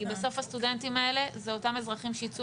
כי בסוף הסטודנטים האלה זה אותם אזרחים שיצאו